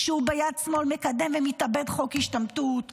כשהוא ביד שמאל מקדם ומתאבד על חוק השתמטות.